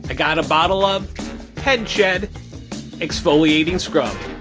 ah got a bottle of head shed exfoliating scrub.